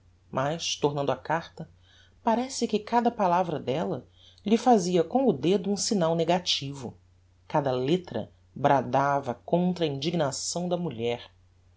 mas tornando á carta parece que cada palavra della lhe fazia com o dedo um signal negativo cada lettra bradava contra a indignação da mulher